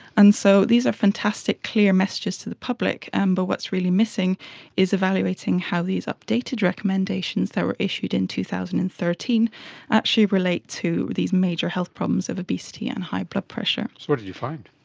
and so these are fantastic clear messages to the public. and but what's really missing is evaluating how are these updated recommendations that were issued in two thousand and thirteen actually relate to these major health problems of obesity and high blood pressure. so what did you find?